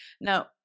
Now